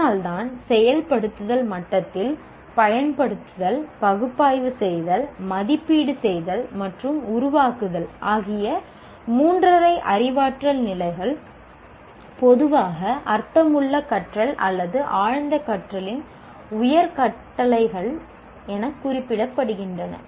அதனால்தான் செயல்படுத்துதல் மட்டத்தில் பயன்படுத்துதல் பகுப்பாய்வு செய்தல் மதிப்பீடு செய்தல் மற்றும் உருவாக்குதல் ஆகிய மூன்றரை அறிவாற்றல் நிலைகள் பொதுவாக அர்த்தமுள்ள கற்றல் அல்லது ஆழ்ந்த கற்றலின் உயர் கட்டளைகள் என குறிப்பிடப்படுகின்றன